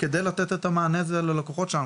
כדי לתת את המענה ללקוחות שלנו.